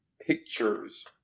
pictures